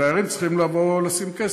דיירים צריכים לבוא ולשים כסף.